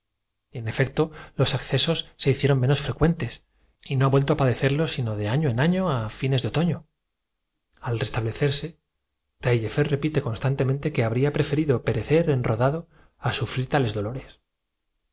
españa los accesos se hiciere menos frecuentes y no ha vuelto a padecerlos sino de año en año a fines de otoño al restablecerse taillefer aliarme con un asesino aun cuando fuese éste modelo de padres y repite constantemente que habría preferido perecer enrodado a sufrir tales